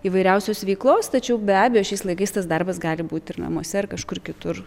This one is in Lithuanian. įvairiausios veiklos tačiau be abejo šiais laikais tas darbas gali būti ir namuose ir kažkur kitur